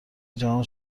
جهان